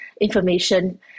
information